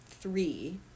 three